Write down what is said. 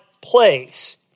place